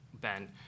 Ben